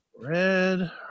Red